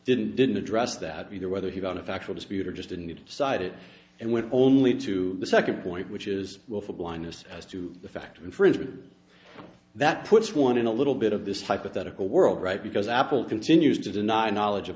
didn't didn't address that either whether he got a factual dispute or just didn't need to cite it and when only to the second point which is willful blindness as to the fact of infringement that puts one in a little bit of this hypothetical world right because apple continues to deny knowledge of